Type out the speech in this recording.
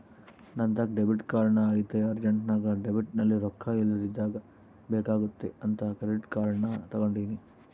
ನಂತಾಕ debit card ಐತೆ ಅರ್ಜೆಂಟ್ನಾಗ ಡೆಬಿಟ್ನಲ್ಲಿ ರೊಕ್ಕ ಇಲ್ಲದಿದ್ದಾಗ ಬೇಕಾಗುತ್ತೆ ಅಂತ ಕ್ರೆಡಿಟ್ ಕಾರ್ಡನ್ನ ತಗಂಡಿನಿ